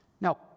Now